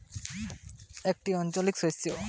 finger মিলেটকে রাজি বলতে যেটি একটি আঞ্চলিক শস্য